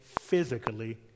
physically